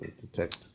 Detect